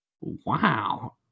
Wow